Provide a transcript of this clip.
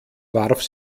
warf